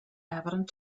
evident